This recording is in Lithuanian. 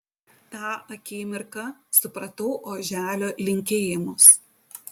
tą akimirką supratau oželio linkėjimus